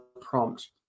prompt